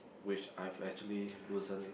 which I've actually loosen it